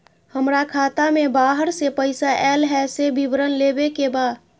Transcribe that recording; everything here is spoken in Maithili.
हमरा खाता में बाहर से पैसा ऐल है, से विवरण लेबे के बा?